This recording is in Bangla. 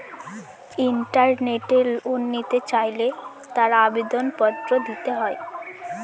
ইন্টারনেটে লোন নিতে চাইলে তার আবেদন পত্র দিতে হয়